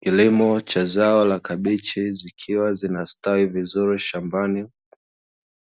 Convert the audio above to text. Kilimo cha zao la kabichi zikiwa zinastawi vizuri shambani